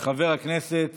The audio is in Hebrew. חבר הכנסת